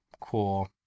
cool